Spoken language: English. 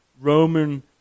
Roman